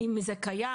האם זה קיים?